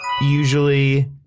usually